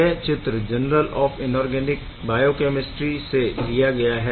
यह चित्र Journal of Inorganic Biochemistry से लिया गया है